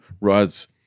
Rod's